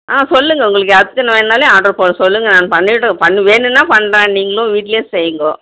ஆ சொல்லுங்க உங்களுக்கு அர்ஜண்ட் வேண்ணாலே ஆர்ட்ரு போடு சொல்லுங்க நாங்கள் பண்ணிவிட்டு பண்ணு வேண்ணுனால் பண்ணுறேன் நீங்களும் வீட்லேயே செய்யுங்க